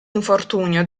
infortunio